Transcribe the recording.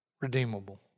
redeemable